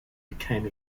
became